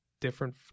different